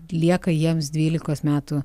lieka jiems dvylikos metų